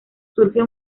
surge